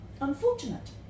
unfortunate